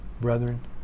brethren